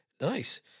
nice